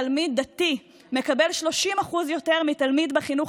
תלמיד דתי מקבל 30% יותר מתלמיד בחינוך